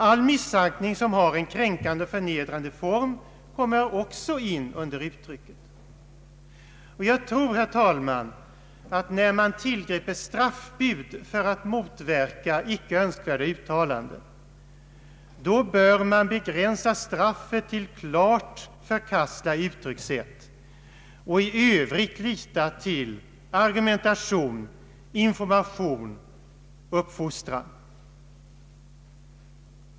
All missaktning som har en kränkande och förnedrande form kommer också in under uttrycket. Jag tror, herr talman, att när man tillgriper straffbud för att motverka icke önskvärda uttalanden, då bör man begränsa straffet till att gälla klart förkastliga uttryckssätt och i övrigt lita till argumentation, information och uppfostran.